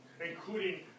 Including